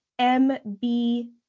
mb